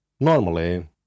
Normally